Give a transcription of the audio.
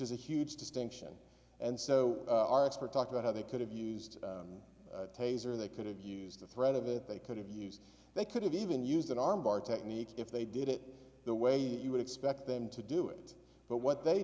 is a huge distinction and so our expert talked about how they could have used taser they could have used the threat of it they could have used they could have even used an armed guard technique if they did it the way you would expect them to do it but what they